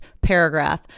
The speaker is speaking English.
paragraph